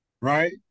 right